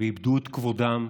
ואיבדו את כבודם,